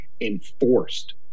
enforced